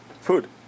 food